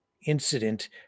Incident